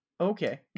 Okay